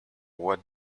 what